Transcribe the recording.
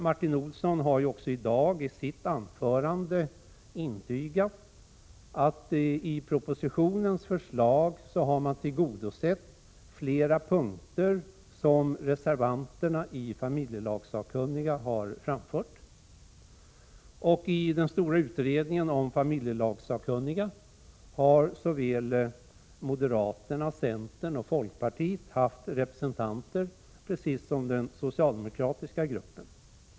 Martin Olsson har ju också i dag i sitt anförande intygat att i propositionens förslag har man på flera punkter tillgodosett vad reservanterna i familjelagssakkunniga anfört. I den stora utredning som familjelagssakkunniga utgör har såväl moderaterna som centern och folkpartiet haft representanter, precis som den socialdemokratiska gruppen.